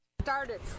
started